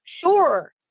sure